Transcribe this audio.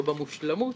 לא במושלמות,